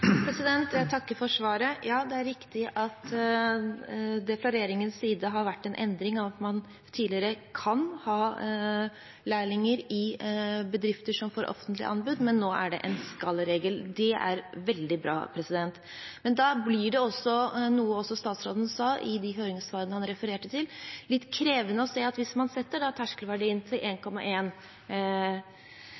Jeg takker for svaret. Ja, det er riktig at det fra regjeringens side har vært en endring ved at man tidligere kan ha lærlinger i bedrifter som får offentlige anbud, men at det nå er en skal -regel. Det er veldig bra. Men da blir det – noe også statsråden sa, i de høringssvarene han refererte til – litt krevende å se at hvis man da setter terskelverdien til 1,1 mill. kr, og det fører til